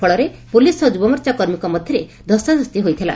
ଫଳରେ ପୁଲିସ୍ ସହ ଯୁବମୋର୍ଚ୍ଚା କର୍ମୀଙ୍କ ମଧ୍ଧରେ ଧସ୍ତାଧସ୍ତି ହୋଇଥିଲା